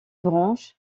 branches